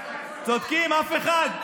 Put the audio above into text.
צודקים, אף אחד.